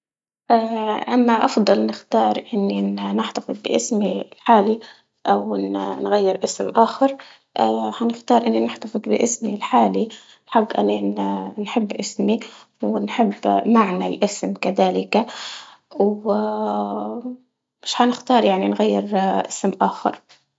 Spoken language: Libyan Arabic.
أني أفضل إني نختار إني ن- نحتفظ باسمي الحالي أو إنه نغير اسم آخر، حنختار إني نحتفظ باسمي الحالي لحق أنا نحب اسمي ونحب معنى الاسم كذلك، و مش حنختار يعني نغير اسم آخر.